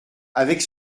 avec